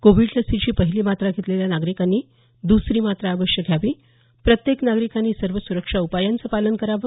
Covid लसीची पहिली मात्रा घेतलेल्या नागरिकांनी दसरी मात्रा अवश्य घ्यावी प्रत्येक नागरिकानं सर्व सुरक्षा उपायांचं पालन करावं